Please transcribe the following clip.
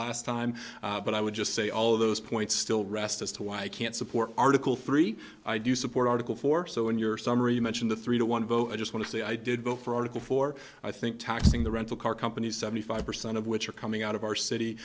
of time but i would just say all of those points still rest as to why i can't support article three i do support article four so in your summary mention the three to one vote i just want to say i did vote for article four i think taxing the rental car companies seventy five percent of which are coming out of our city